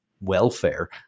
welfare